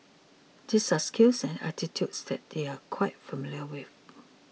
these are skills and aptitudes that they are quite familiar with